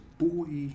boy